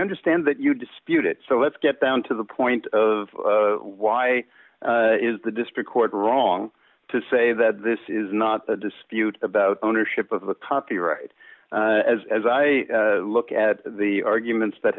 understand that you dispute it so let's get down to the point of why is the district court wrong to say that this is not a dispute about ownership of the copyright as as i look at the arguments that